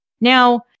Now